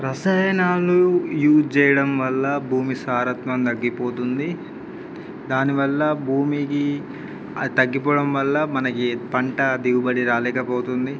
రసాయనాలు యూజ్ చేయడం వల్ల భూమి సారత్వం తగ్గిపోతుంది దానివల్ల భూమికి అది తగ్గిపోవడం వల్ల మనకి పంట దిగుబడి రాలేకపోతుంది